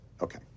okay